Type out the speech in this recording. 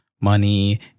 money